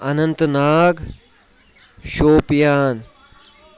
Anant Nag Shopian